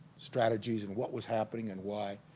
strategies and what was happening and why